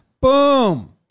Boom